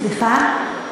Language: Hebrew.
סליחה?